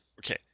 okay